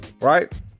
right